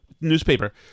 newspaper